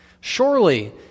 Surely